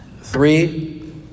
Three